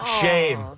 shame